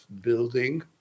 building